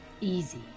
Easy